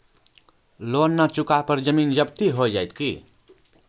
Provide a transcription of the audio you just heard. Loan न चुका पर जमीन जब्ती हो जैत की?